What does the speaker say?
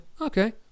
okay